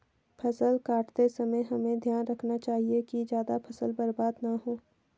फसल काटते समय हमें ध्यान रखना चाहिए कि ज्यादा फसल बर्बाद न हो